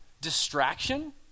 distraction